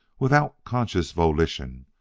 without conscious volition,